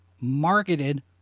marketed